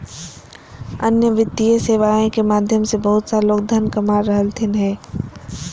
अन्य वित्तीय सेवाएं के माध्यम से बहुत सा लोग धन कमा रहलथिन हें